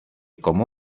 como